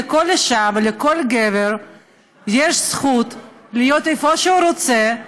לכל אישה ולכל גבר יש זכות להיות איפה שהוא רוצה,